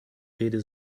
rede